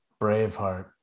braveheart